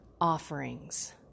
offerings